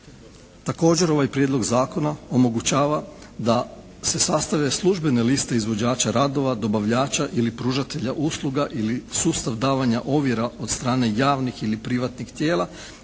Također ovaj prijedlog zakona omogućava da se sastave službene liste izvođača radova, dobavljača ili pružatelja usluga ili sustav davanja ovjera od strane javnih ili privatnih tijela